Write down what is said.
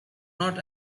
not